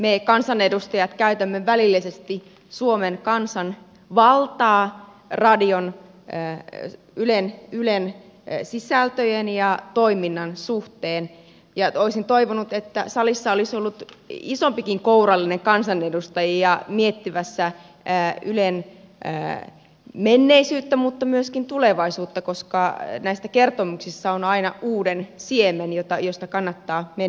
me kansanedustajat käytämme välillisesti suomen kansan valtaa ylen sisältöjen ja toiminnan suhteen ja olisin toivonut että salissa olisi ollut isompikin kourallinen kansanedustajia miettimässä ylen menneisyyttä mutta myöskin tulevaisuutta koska näissä kertomuksissa on aina uuden siemen josta kannattaa mennä eteenpäin